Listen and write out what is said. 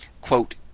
Quote